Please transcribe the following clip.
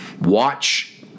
watch